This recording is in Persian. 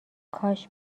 کاش